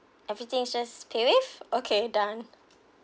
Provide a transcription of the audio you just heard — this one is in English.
everything just paywave okay done